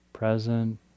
Present